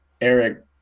Eric